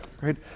right